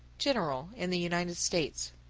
general in the united states.